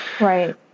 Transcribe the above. Right